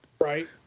right